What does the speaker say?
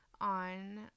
on